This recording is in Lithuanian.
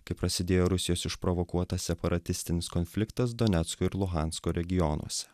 kai prasidėjo rusijos išprovokuotas separatistinis konfliktas donecko ir luhansko regionuose